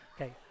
Okay